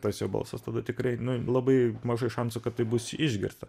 tas jo balsas tada tikrai nu labai mažai šansų kad taip bus išgirsta